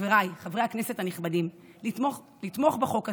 חבריי חברי הכנסת הנכבדים, לתמוך בחוק הזה,